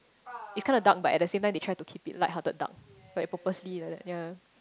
it's kinda dark but at the same time they try to keep it lighthearted dark like purposely like that ya